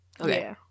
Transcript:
Okay